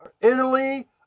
Italy